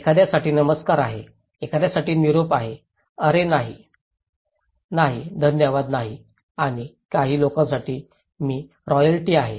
एखाद्यासाठी नमस्कार आहे एखाद्यासाठी निरोप आहे अरे नाही नाही धन्यवाद नाही आणि काही लोकांसाठी मी रॉयल्टी आहे